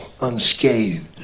unscathed